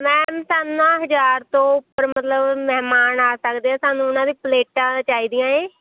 ma'am ਸਾਨੂੰ ਨਾ ਹਜ਼ਾਰ ਤੋਂ ਉੱਪਰ ਮਤਲਬ ਮਹਿਮਾਨ ਆ ਸਕਦੇ ਆ ਸਾਨੂੰ ਉਹਨਾਂ ਦੀ ਪਲੇਟਾਂ ਚਾਹੀਦੀਆਂ ਏ